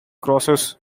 crosses